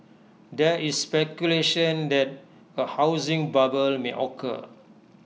there is speculation that A housing bubble may occur